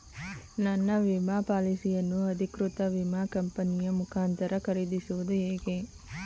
ನನ್ನ ವಿಮಾ ಪಾಲಿಸಿಯನ್ನು ಅಧಿಕೃತ ವಿಮಾ ಕಂಪನಿಯ ಮುಖಾಂತರ ಖರೀದಿಸುವುದು ಹೇಗೆ?